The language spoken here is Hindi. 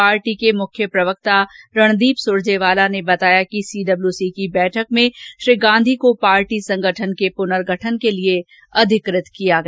पार्टी के मुख्य प्रवक्ता रणदीप सुरजेवाला ने बताया कि सीडब्ल्यूसी की बैठक में श्री गांधी को पार्टी संगठन के पुनगर्ठन के लिए अधिकृत किया गया